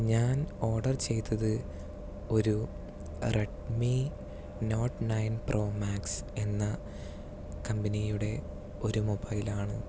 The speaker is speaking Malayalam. ഞാൻ ഓർഡർ ചെയ്തത് ഒരു Redmi Note nine Pro Max എന്ന കമ്പനിയുടെ ഒരു മൊബൈൽ ആണ്